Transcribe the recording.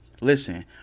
Listen